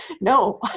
No